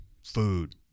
food